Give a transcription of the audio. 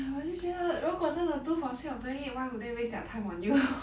我就觉得如果 do for the sake of doing it why would they waste their time on you